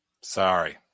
Sorry